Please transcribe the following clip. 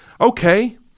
Okay